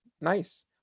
nice